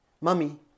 mummy